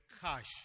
cash